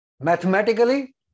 Mathematically